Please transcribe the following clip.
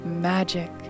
magic